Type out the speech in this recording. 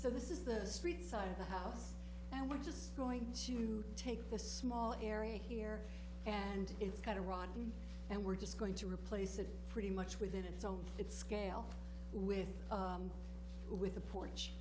so this is the street side of the house and we're just going to take a small area here and it's kind of rotten and we're just going to replace it pretty much with it it's on its scale with with the porch